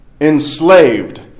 enslaved